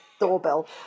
Doorbell